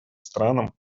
странам